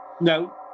No